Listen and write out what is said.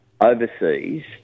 overseas